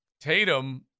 Tatum